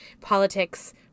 politics